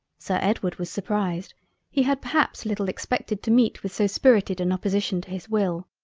sir edward was surprised he had perhaps little expected to meet with so spirited an opposition to his will.